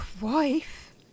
wife